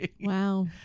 Wow